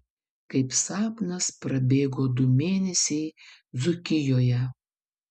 kaip sapnas prabėgo du mėnesiai dzūkijoje